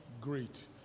great